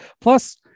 Plus